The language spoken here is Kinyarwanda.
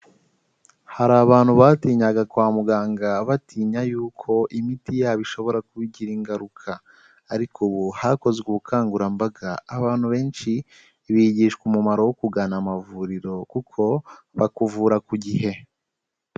Hari abantu batinyaga kwa muganga batinya yuko imiti yabo ishobora kuba igira ingaruka, ariko ubu hakozwe ubukangurambaga abantu benshi bigishwa umumaro wo kugana amavuriro kuko bakuvura ku gihe.